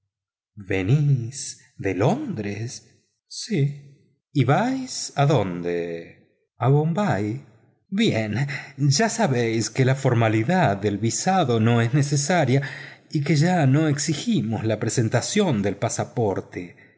londres sí y vais adónde a bombay bien ya sabéis que la formalidad del visado no es necesaria y que ya no exigimos la presentación del pasaporte